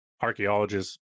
archaeologists